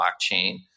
blockchain